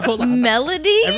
Melody